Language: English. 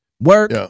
work